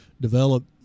develop